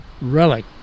relic